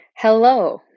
Hello